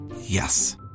Yes